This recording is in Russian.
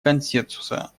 консенсуса